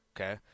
okay